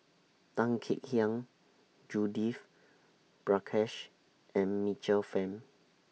Tan Kek Hiang Judith Prakash and Michael Fam